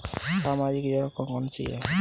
सामाजिक योजना कौन कौन सी हैं?